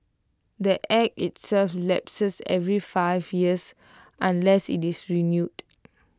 the act itself lapses every five years unless IT is renewed